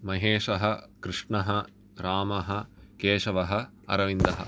महेशः कृष्णः रामः केशवः अरविन्दः